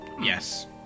Yes